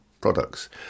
products